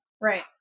Right